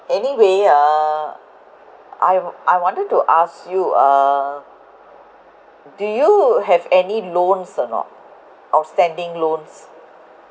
anyway uh I I wanted to ask you uh do you have any loans or not outstanding loans